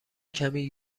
کمی